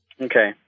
Okay